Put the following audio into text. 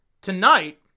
Tonight